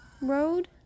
Road